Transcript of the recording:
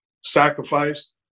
sacrificed